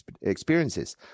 experiences